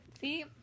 See